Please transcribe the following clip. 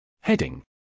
Heading